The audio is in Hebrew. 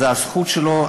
זו הזכות שלו,